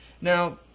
Now